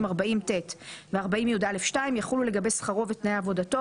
40(ט) ו-40(יא)(2) יחולו לגבי שכרו ותנאי עבודתו,